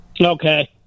okay